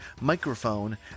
microphone